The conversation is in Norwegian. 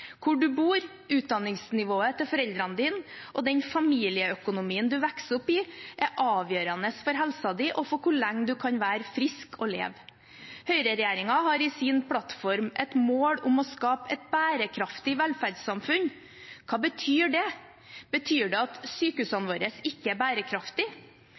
Hvor du bor, utdanningsnivået til foreldrene dine og den familieøkonomien du vokser opp i, er avgjørende for helsen din og for hvor lenge du kan være frisk og leve. Høyreregjeringen har i sin plattform et mål om å skape et bærekraftig velferdssamfunn. Hva betyr det? Betyr det at sykehusene våre ikke er